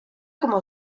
como